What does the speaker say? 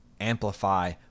amplify